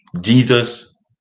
Jesus